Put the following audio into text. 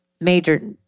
major